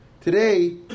Today